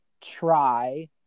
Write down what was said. try